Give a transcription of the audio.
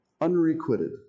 unrequited